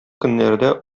көннәрдә